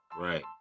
Right